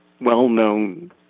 well-known